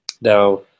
Now